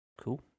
Cool